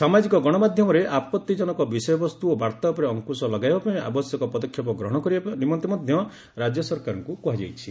ସାମାଜିକ ଗଣମାଧ୍ୟମରେ ଆପଭିଜନକ ବିଷୟବସ୍ତୁ ଓ ବାର୍ତ୍ତା ଉପରେ ଅଙ୍କୁଶ ଲଗାଇବା ପାଇଁ ଆବଶ୍ୟକ ପଦକ୍ଷେପ ଗ୍ରହଣ କରିବା ନିମନ୍ତେ ମଧ୍ୟ ରାଜ୍ୟସରକାରଙ୍କୁ କୁହାଯାଇଛି